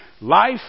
life